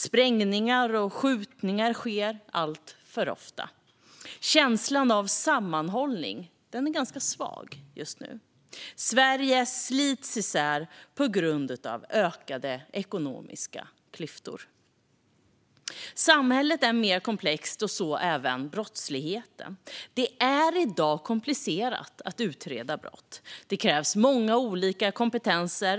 Sprängningar och skjutningar sker alltför ofta. Känslan av sammanhållning är svag just nu. Sverige slits isär på grund av ökade ekonomiska klyftor. Samhället är mer komplext, och så även brottsligheten. Det är i dag komplicerat att utreda brott, och det krävs många olika kompetenser.